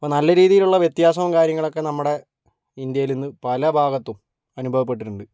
അപ്പം നല്ല രീതിയിലുള്ള വ്യത്യാസവും കാര്യങ്ങളൊക്കെ നമ്മുടെ ഇന്ത്യയിൽ ഇന്ന് പല ഭാഗത്തും അനുഭവപ്പെട്ടിട്ടുണ്ട്